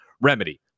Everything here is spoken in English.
remedy